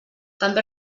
també